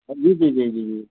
ہاں جی جی جی جی جی